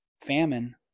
famine